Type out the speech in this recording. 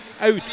out